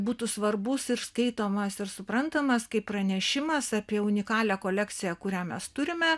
būtų svarbus ir skaitomas ir suprantamas kaip pranešimas apie unikalią kolekciją kurią mes turime